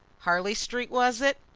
harley street, was it?